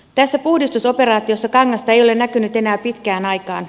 tässä puhdistusoperaatiossa kangasta ei ole näkynyt enää pitkään aikaan